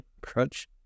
Crutch